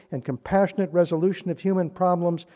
and compassionate resolution of human problems,